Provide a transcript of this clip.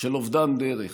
של אובדן דרך,